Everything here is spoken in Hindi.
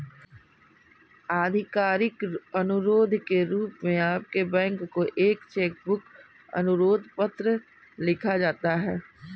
आधिकारिक अनुरोध के रूप में आपके बैंक को एक चेक बुक अनुरोध पत्र लिखा जाता है